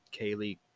Kaylee